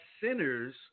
sinners